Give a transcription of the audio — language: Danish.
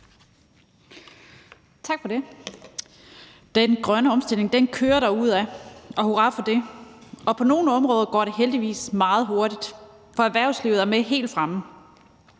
Tak for det. Den grønne omstilling kører derudad, og hurra for det. På nogle områder går det heldigvis meget hurtigt, for erhvervslivet er med helt fremme.